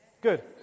Good